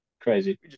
Crazy